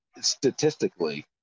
statistically